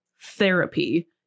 therapy